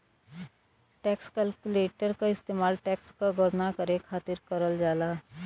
tax calculator क इस्तेमाल tax क गणना करे खातिर करल जाला